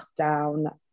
lockdown